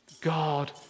God